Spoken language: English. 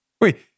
Wait